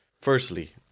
Firstly